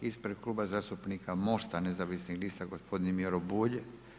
Ispred Kluba zastupnika Most-a nezavisnih lista gospodin Miro Bulj.